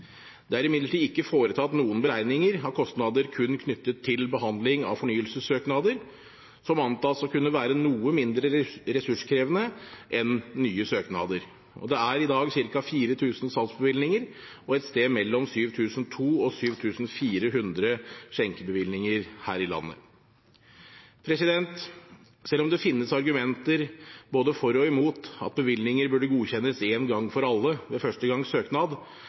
Det er imidlertid ikke foretatt noen beregninger av kostnader kun knyttet til behandling fornyelsessøknader, som antas å kunne være noe mindre ressurskrevende enn nye søknader. Det er i dag ca. 4 000 salgsbevillinger og et sted mellom 7 200 og 7 400 skjenkebevillinger her i landet. Selv om det finnes argumenter både for og imot at bevillinger burde godkjennes en gang for alle ved første gangs søknad,